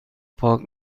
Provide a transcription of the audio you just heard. پاک